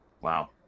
Wow